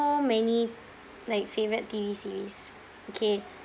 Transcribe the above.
many like favourite T_V series okay